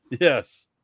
Yes